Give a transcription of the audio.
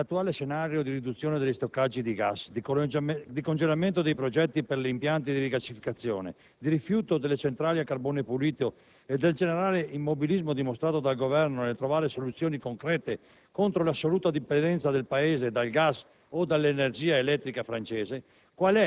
nell'attuale scenario di riduzione degli stoccaggi di gas, di congelamento dei progetti per gli impianti di rigassificazione, di rifiuto delle centrali a carbone pulito e del generale immobilismo dimostrato dal Governo nel trovare soluzioni concrete contro l'assoluta dipendenza del Paese dal gas o dall'energia elettrica francese,